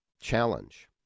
challenge